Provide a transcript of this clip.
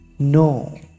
No